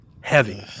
Heavy